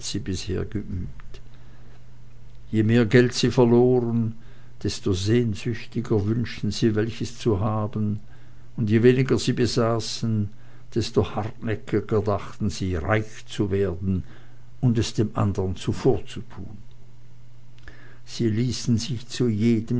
sie bisher geübt je mehr geld sie verloren desto sehnsüchtiger wünschten sie welches zu haben und je weniger sie besaßen desto hartnäckiger dachten sie reich zu werden und es dem andern zuvorzutun sie ließen sich zu jedem